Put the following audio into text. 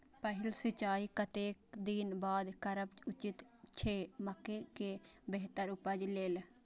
पहिल सिंचाई कतेक दिन बाद करब उचित छे मके के बेहतर उपज लेल?